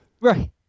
Right